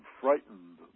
frightened